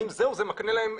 האם זה מקנה להם?